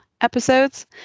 episodes